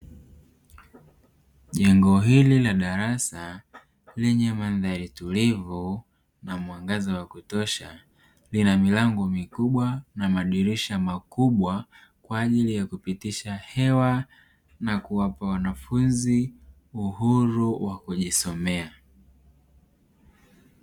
Jengo hili la darasa lenye madhari tulivu na mwangaza wa kutosha lina milango mikubwa na madirisha makubwa kwa ajili ya kupitisha hewa na kuwapa wanafunzi uhuru wa kujisomea.